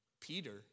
Peter